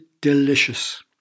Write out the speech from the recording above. delicious